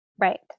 Right